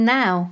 now